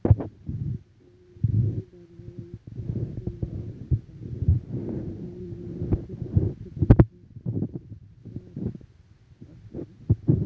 किरकोळ गुंतवणूकदार ह्यो वैयक्तिक गुंतवणूकदार असता ज्याकडे दिलेल्यो सुरक्षिततेचो शेअर्स असतत